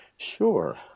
Sure